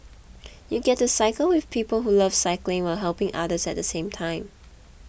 you get to cycle with people who love cycling while helping others at the same time